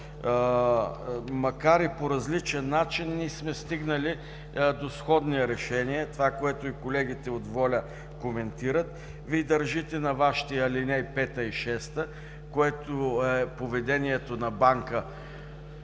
макар и по различен начин ние сме стигнали до сходни решения – това, което и колегите от „Воля“ коментират. Вие държите на Вашите алинеи 5 и 6, което е поведението на банка